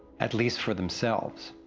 at least for themselves.